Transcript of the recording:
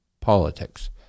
politics